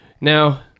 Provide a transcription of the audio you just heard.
Now